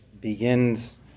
begins